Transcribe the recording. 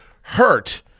hurt